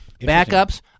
Backups